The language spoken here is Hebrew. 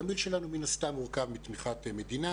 התמהיל שלנו מן הסתם מורכב מתמיכת מדינה,